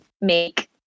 make